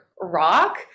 rock